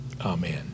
amen